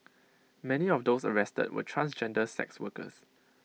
many of those arrested were transgender sex workers